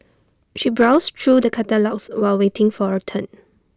she browsed through the catalogues while waiting for her turn